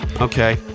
okay